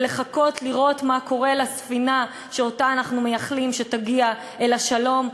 ולחכות לראות מה קורה לספינה שאנחנו מייחלים שתגיע אל השלום,